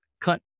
cut